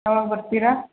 ಯಾವಾಗ ಬರ್ತೀರಾ